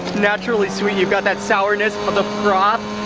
naturally sweet. you've got that sourness, but the froth,